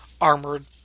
armored